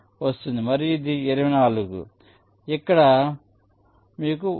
కాబట్టి మీకు 1